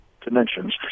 dimensions